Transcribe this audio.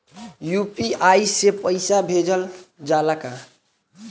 UPI से पईसा भेजल जाला का?